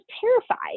terrified